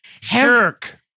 Shirk